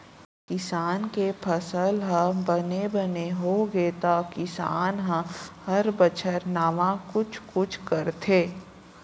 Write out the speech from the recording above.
किसान के फसल ह बने बने होगे त किसान ह हर बछर नावा कुछ कुछ करथे